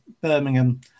Birmingham